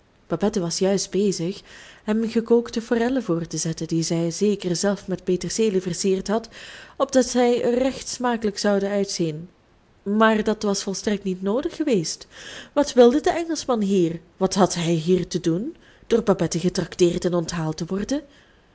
babette was juist bezig hem gekookte forellen voor te zetten die zij zeker zelf met peterselie versierd had opdat zij er recht smakelijk zouden uitzien maar dat was volstrekt niet noodig geweest wat wilde de engelschman hier wat had hij hier te doen door babette getrakteerd en onthaald te worden